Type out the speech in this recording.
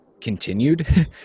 continued